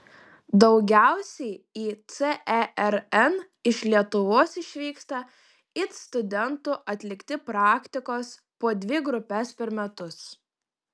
daugiausiai į cern iš lietuvos išvyksta it studentų atlikti praktikos po dvi grupes per metus